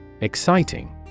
Exciting